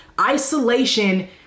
Isolation